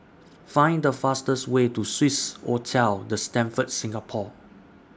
Find The fastest Way to Swissotel The Stamford Singapore